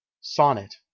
sonnet